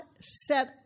set